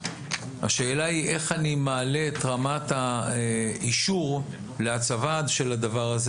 השאלה היא איך אני מעלה את רמת האישור להצבה של הדבר הזה